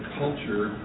culture